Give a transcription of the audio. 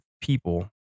people